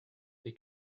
they